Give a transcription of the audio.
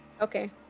okay